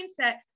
mindset